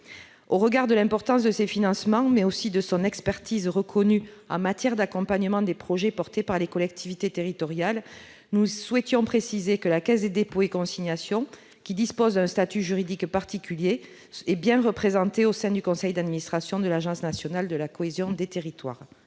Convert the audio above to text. Au regard de l'importance des financements qu'elle apporte, mais aussi de son expertise reconnue en matière d'accompagnement des projets portés par les collectivités territoriales, la Caisse des dépôts et consignations, qui dispose d'un statut juridique particulier, doit être représentée au sein du conseil d'administration de l'agence nationale de la cohésion des territoires.